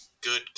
good